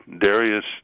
Darius